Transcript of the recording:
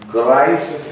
Christ